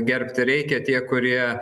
gerbti reikia tie kurie